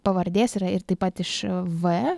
pavardės yra ir taip pat iš v